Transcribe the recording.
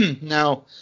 now